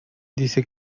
dice